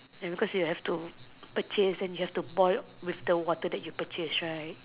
ya because you have to purchase and you have to boil with the water that you purchased right